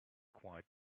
quite